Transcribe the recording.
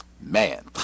man